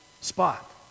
spot